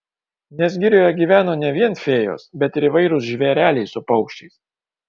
nes girioje gyveno ne vien fėjos bet ir įvairūs žvėreliai su paukščiais